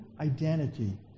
identity